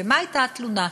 מה הייתה התלונה?